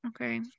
Okay